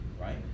right